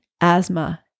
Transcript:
asthma